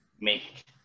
make